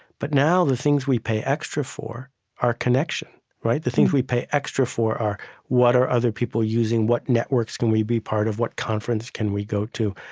but now the things we pay extra for are connection. the things we pay extra for are what are other people using, what networks can we be part of, what conference can we go to,